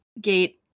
gate